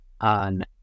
on